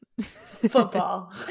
Football